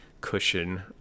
cushion